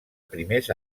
primers